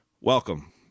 welcome